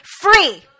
free